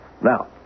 Now